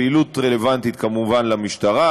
הפעילות רלוונטית כמובן למשטרה,